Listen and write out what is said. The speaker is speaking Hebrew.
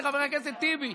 בבקשה.